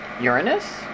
Uranus